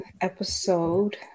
episode